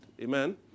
Amen